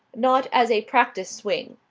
not as a practice-swing.